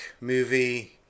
movie